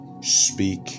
speak